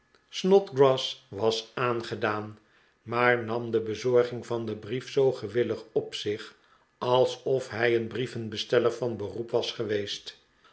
snodgrass was aangedaan maar nam de bezorging van den brief zoo gewillig op zich alsof hij een brievenbesteller van beroep was geweest